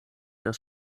das